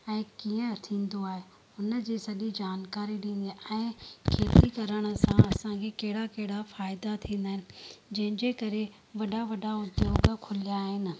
ऐं कीअं थींदो आहे हिन जी सॼी जानकारी ॾिनी ऐं खेती करण सां असांखे कहिड़ा कहिड़ा फ़ाइदा थींदा आहिनि जंहिंजे करे वॾा वॾा उद्योग खुलिया आहिनि